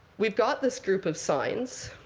we've got this group of signs.